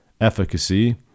efficacy